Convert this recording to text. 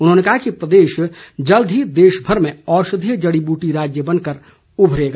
उन्होंने कहा कि प्रदेश जल्द ही देश भर में औषधीय जड़ी बूटी राज्य बनकर उभरेगा